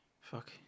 Fuck